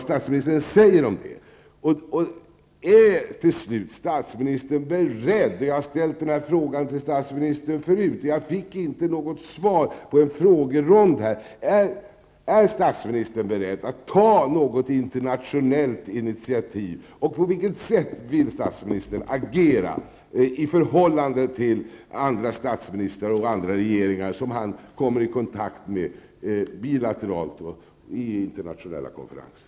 Är statsministern beredd -- jag har ställt denna fråga förut till statsministern vid en frågerond men har inte fått något svar -- att ta något internationellt initiativ och på vilket sätt vill statsministern agera i förhållande till andra statsministrar och regeringar, som han kommer i kontakt med bilateralt och vid internationella konferenser?